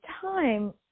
time